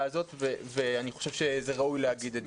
הזאת ואני חושב שראוי להגיד את זה.